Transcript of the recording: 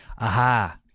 Aha